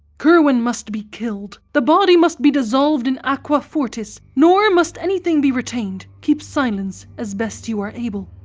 curwen must be killed. the body must be dissolved in aqua fortis, nor must anything be retained. keep silence as best you are able.